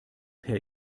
per